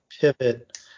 pivot